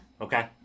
Okay